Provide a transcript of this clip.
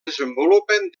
desenvolupen